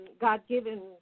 God-given